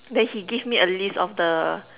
then he give me a list of the